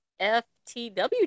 FTW